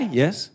yes